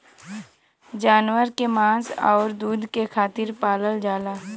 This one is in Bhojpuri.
जानवर के मांस आउर दूध के खातिर पालल जाला